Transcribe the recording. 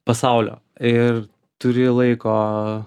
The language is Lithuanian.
pasaulio ir turi laiko